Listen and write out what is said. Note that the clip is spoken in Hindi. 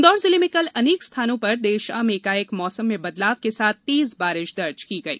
इन्दौर जिले में कल अनेक स्थानों पर देर षाम एकाएक मौसम में बदलाव के साथ कल शाम तेज बारिष दर्ज की गई